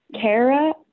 Kara